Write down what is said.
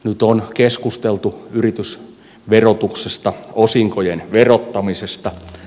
nyt on keskusteltu yritysverotuksesta osinkojen verottamisesta